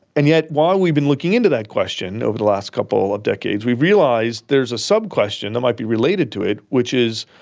and yet while we've been looking into that question over the last couple of decades, we've realised there's a sub-question that might be related to it which is,